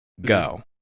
go